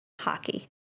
hockey